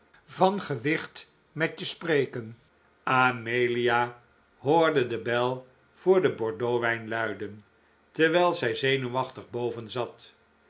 van gewicht met je spreken amelia hoorde de bel voor den bordeauxwijn luiden terwijl zij zenuwachtig boven zat